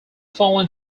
fallen